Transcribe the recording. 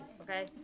okay